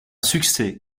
succès